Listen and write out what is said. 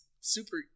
super